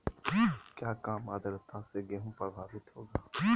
क्या काम आद्रता से गेहु प्रभाभीत होगा?